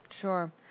Sure